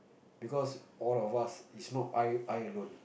because all of us is not eye eye alone